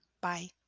Bye